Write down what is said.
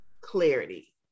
clarity